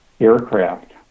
aircraft